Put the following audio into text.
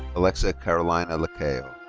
alexa carolina lacayo.